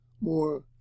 more